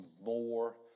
more